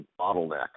bottleneck